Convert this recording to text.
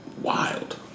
wild